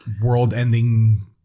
world-ending